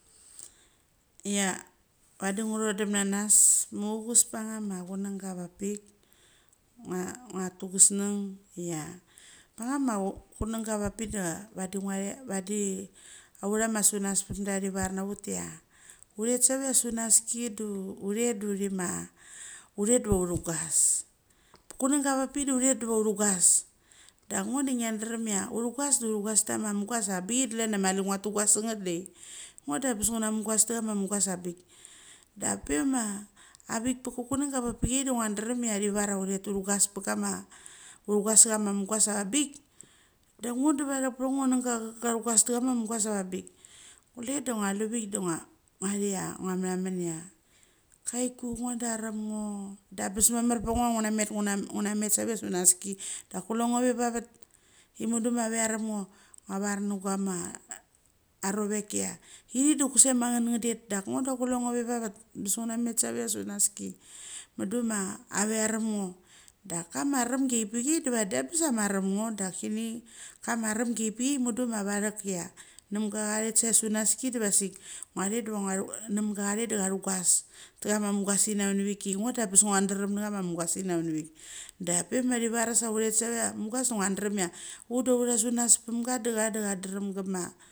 Ia vadi ngua cho clem nanas muchucus pachama chunanga avapik ngua, ngua tu gusang chia pachama chunanga avapik da vadi ngua thet autha ma. Sunas pemda thivar nga aut chia u thet save chia sunaski de uthet de uthi ma. Uthet diava uthugas. Vhunanga avapik diva uthek diva uthugas. Chunanga avapik diva uthugas de the chama mugas avangbik da klan chia mali ngua tugas tham ngat dai, ngo da angebes nguna mugas abik. Dak pe ma avik pechunanga avapik chia da ngua deren chia thiva chia uthet uthu gas pechama amugas avanbik, da ngo da avathek pacha ngo nenga cha thugas tachama mugas avanbik. Kule de ngua lavik da ngua thi ngia mathamonn thia choiku ngua darem ngo da angebes mamar pecha ngo ngua na met. Save chia sunaski. Dak kule ngo ve vavet imandu ma nguare arem ngo. Ngu a var na guama arovech chia ithik de kusek ma ngem nge det dat ngo de kule ngo vevat. Angebes ngua namet save chia. Subaski munda ma ave arem ngo. Dak kama aremgi avaikpichai da vadi angebes chia amarem ngo dak kini ama aremgi. Avaikpichai save chia sunaski diva sik ngua. Thet divva asik ka nema cha thet de cha thigas tha kam mugas ini avanivik i ngo da angebes ngoa derem na chama mugasinin avanivik. Dak pe ma chi vares chia uthet save chia amugas da ngu darem chia ut da autha sunas pemcha da cha de chaderem kama.